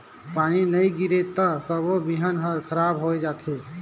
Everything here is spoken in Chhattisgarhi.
पानी नई गिरे त सबो बिहन हर खराब होए जथे